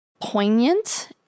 poignant